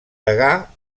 degà